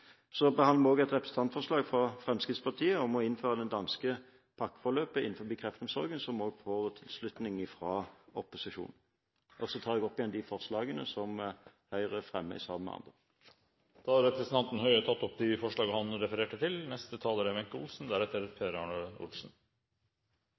Så behandler vi også et representantforslag fra Fremskrittspartiet om å innføre det danske «pakkeforløpet» innen kreftomsorgen. Det får også tilslutning fra opposisjonen. Jeg tar opp de forslagene som Høyre fremmer sammen med andre i sakene. Representanten Høie har tatt opp de forslagene han refererte til. Saken vi behandler nå, er